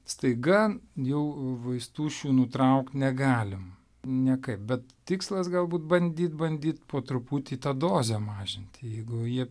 staiga jau vaistų šių nutraukt negalim niekaip bet tikslas galbūt bandyt bandyt po truputį tą dozę mažinti jeigu jie